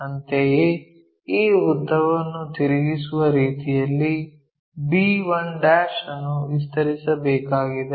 ಅಂತೆಯೇ ಈ ಉದ್ದವನ್ನು ತಿರುಗಿಸುವ ರೀತಿಯಲ್ಲಿ b1 ಅನ್ನು ವಿಸ್ತರಿಸಬೇಕಾಗಿದೆ